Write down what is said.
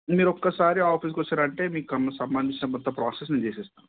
మీరు ఒకసారి ఆఫీస్కి వస్తారు అంటే మీకు కం సంబంధించిన మొత్తం ప్రాసెస్ నేను చేస్తాను